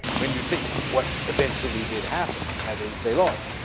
when you think what eventually did happen, that is, they lost.